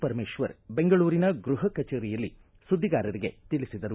ಪರಮೇಶ್ವರ್ ಬೆಂಗಳೂರಿನ ಗೃಪ ಕಚೇರಿಯಲ್ಲಿ ಸುದ್ದಿಗಾರರಿಗೆ ತಿಳಿಸಿದರು